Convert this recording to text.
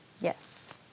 Yes